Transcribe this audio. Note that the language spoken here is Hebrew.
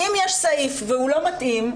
אם יש סעיף והוא לא מתאים,